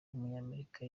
w’umunyamerika